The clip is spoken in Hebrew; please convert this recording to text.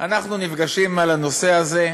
אנחנו נפגשים על הנושא הזה,